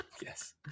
yes